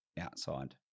outside